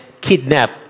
kidnap